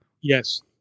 Yes